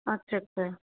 আচ্ছা আচ্ছা